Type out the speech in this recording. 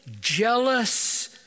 jealous